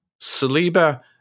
Saliba